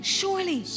surely